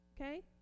Okay